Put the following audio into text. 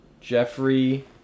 Jeffrey